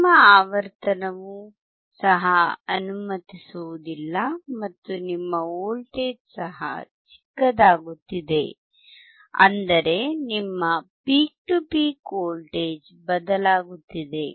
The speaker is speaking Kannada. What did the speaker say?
ನಿಮ್ಮ ಆವರ್ತನವು ಸಹ ಅನುಮತಿಸುವುದಿಲ್ಲ ಮತ್ತು ನಿಮ್ಮ ವೋಲ್ಟೇಜ್ ಸಹ ಚಿಕ್ಕದಾಗುತ್ತಿದೆ ಅಂದರೆ ನಿಮ್ಮ ಪೀಕ್ ಟು ಪೀಕ್ ವೋಲ್ಟೇಜ್ ಬದಲಾಗುತ್ತಿದೆ